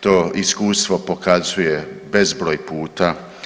To iskustvo pokazuje bezbroj puta.